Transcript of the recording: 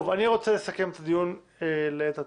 טוב, אני רוצה לסכם את הדיון לעת עתה.